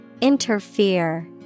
Interfere